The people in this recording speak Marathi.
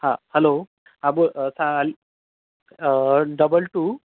हा हॅलो हा बो साल डबल टू